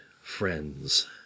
friends